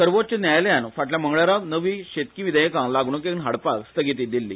सर्वोच्च न्यायालयान फाटल्या मंगळारा नवी शेतकी विधेयकां लागणुकेन हाडपाक स्थगिती दिल्ली